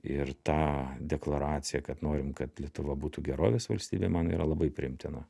ir tą deklaraciją kad norim kad lietuva būtų gerovės valstybė man yra labai priimtina